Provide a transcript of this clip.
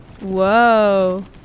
Whoa